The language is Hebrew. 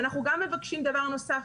ואנחנו גם מבקשים דבר נוסף,